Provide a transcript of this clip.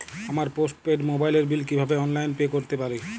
আমার postpaid মোবাইলের bill কীভাবে অনলাইনে পে করতে পারি?